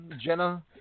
Jenna